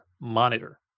Monitor